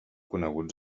coneguts